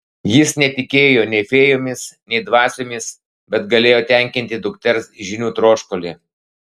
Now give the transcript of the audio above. jis netikėjo nei fėjomis nei dvasiomis bet galėjo tenkinti dukters žinių troškulį